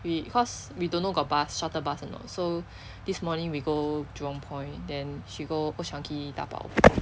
we cause we don't know got bus shuttle bus or not so this morning we go jurong point then she go old chang kee dabao